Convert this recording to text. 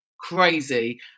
crazy